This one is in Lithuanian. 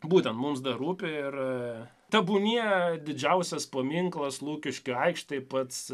būtent mums dar rūpi ir tebūnie didžiausias paminklas lukiškių aikštei pats